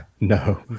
no